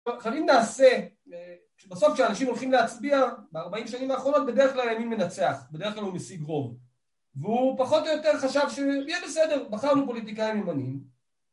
עכשיו אם נעשה, שבסוף כשאנשים הולכים להצביע, ב-40 שנים האחרונות, בדרך כלל ימין מנצח, בדרך כלל הוא משיג רוב. והוא פחות או יותר חשב שיהיה בסדר, בחרנו פוליטיקאים ימניים.